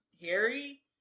Harry